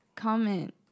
comment